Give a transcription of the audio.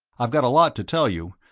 i've got a lot to tell you,